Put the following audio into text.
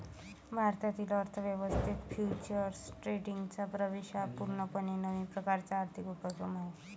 भारतीय अर्थ व्यवस्थेत फ्युचर्स ट्रेडिंगचा प्रवेश हा पूर्णपणे नवीन प्रकारचा आर्थिक उपक्रम आहे